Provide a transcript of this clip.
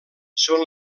són